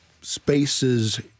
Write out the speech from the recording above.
spaces